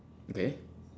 okay